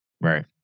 Right